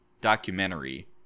documentary